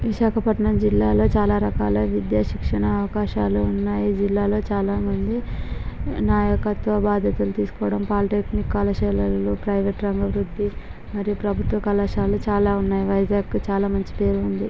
విశాఖపట్నం జిల్లాలో చాలా రకాల విద్యాశిక్షణ అవకాశాలు ఉన్నాయి ఈ జిల్లాలో చాలామంది నాయకత్వ బాధ్యతలు తీసుకోవడం పాలిటెక్నిక్ కళాశాలలో ప్రయివేట్ రంగ అభివృద్ధి మరియు ప్రభుత్వ కళాశాలలు చాలా ఉన్నాయి వైజాగుకు చాలా మంచి పేరు ఉంది